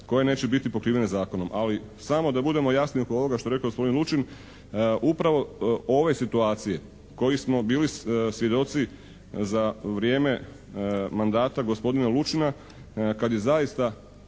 koje neće biti pokrivene zakonom. Ali samo da budemo jasni oko ovoga što je rekao gospodin Lučin, upravo ove situacije kojih smo bili svjedoci za vrijeme mandata gospodina Lučina, kad je zaista